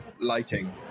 lighting